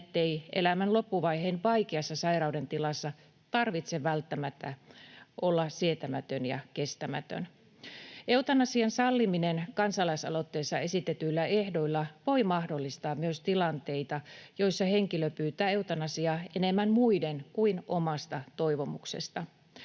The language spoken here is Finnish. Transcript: ettei elämän loppuvaiheen vaikeassa sairauden tilassa tarvitse välttämättä olla sietämätön ja kestämätön. Eutanasian salliminen kansalaisaloitteessa esitetyillä ehdoilla voi mahdollistaa myös tilanteita, joissa henkilö pyytää eutanasiaa enemmän muiden kuin omasta toivomuksestaan.